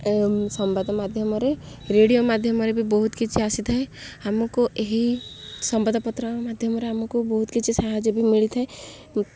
ସମ୍ବାଦ ମାଧ୍ୟମରେ ରେଡିଓ ମାଧ୍ୟମରେ ବି ବହୁତ କିଛି ଆସିଥାଏ ଆମକୁ ଏହି ସମ୍ବାଦପତ୍ର ମାଧ୍ୟମରେ ଆମକୁ ବହୁତ କିଛି ସାହାଯ୍ୟ ବି ମିଳିଥାଏ